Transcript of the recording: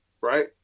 right